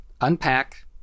unpack